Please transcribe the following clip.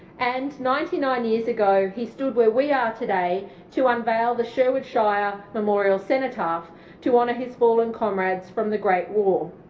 and ninety-nine years ago he stood where we are today to unveil the sherwood shire memorial cenotaph to honour his fallen comrades from the great war.